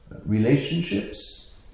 relationships